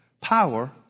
power